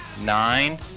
Nine